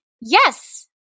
yes